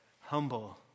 humble